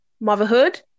motherhood